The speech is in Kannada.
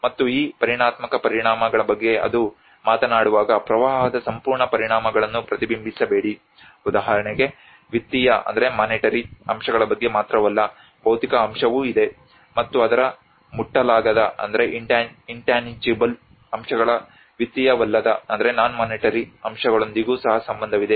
ಮತ್ತು ಈ ಪರಿಮಾಣಾತ್ಮಕ ಪರಿಣಾಮಗಳ ಬಗ್ಗೆ ಅದು ಮಾತನಾಡುವಾಗ ಪ್ರವಾಹದ ಸಂಪೂರ್ಣ ಪರಿಣಾಮಗಳನ್ನು ಪ್ರತಿಬಿಂಬಿಸಬೇಡಿ ಉದಾಹರಣೆಗೆ ವಿತ್ತೀಯ ಅಂಶಗಳ ಬಗ್ಗೆ ಮಾತ್ರವಲ್ಲ ಭೌತಿಕ ಅಂಶವೂ ಇದೆ ಮತ್ತು ಅದರ ಮುಟ್ಟಲಾಗದ ಅಂಶಗಳ ವಿತ್ತೀಯವಲ್ಲದ ಅಂಶಗಳೊಂದಿಗೂ ಸಹ ಸಂಬಂಧವಿದೆ